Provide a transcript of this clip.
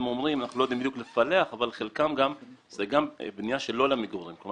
אנחנו לא יודעים בדיוק לפלח אבל חלקם זה בנייה שלא למגורים כלומר